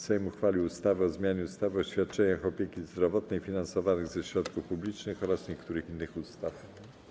Sejm uchwalił ustawę o zmianie ustawy o świadczeniach opieki zdrowotnej finansowanych ze środków publicznych oraz niektórych innych ustaw.